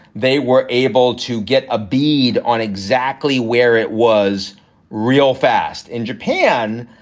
they were able to get a bead on exactly where it was real fast in japan,